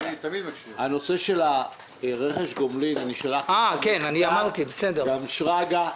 הנושא של רכש גומלין שלחתי לך מכתב וגם שרגא.